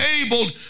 enabled